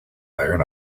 iron